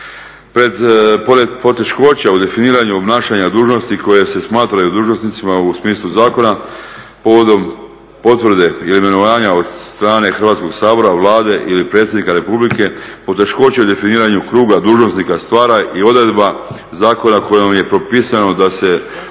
Pored poteškoća u definiranju obnašanja dužnosti koje se smatraju dužnosnicima u smislu zakona povodom potvrde ili imenovanja od strane Hrvatskog sabora, Vlade ili predsjednika Republike poteškoće u definiranju kruga dužnosnika stvara i odreda zakona kojom je propisano da se